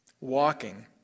walking